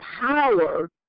power